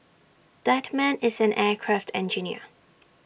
that man is an aircraft engineer